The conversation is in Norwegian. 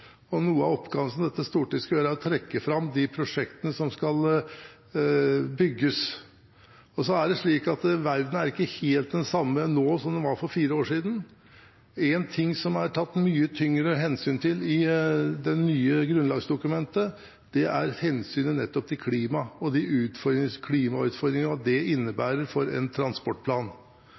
og noe av oppgaven som dette stortinget skal gjøre, er å trekke fram de prosjektene som skal bygges. Verden er ikke helt den samme nå som den var for fire år siden. Én ting som det er tatt mye mer hensyn til i det nye grunnlagsdokumentet, er hensynet til klimaet og klimautfordringene og hva det innebærer for en transportplan.